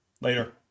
Later